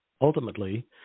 Ultimately